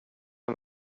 din